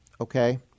Okay